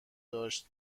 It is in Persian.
داشت